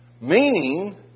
Meaning